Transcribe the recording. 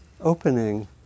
opening